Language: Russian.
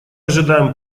ожидаем